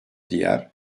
diğer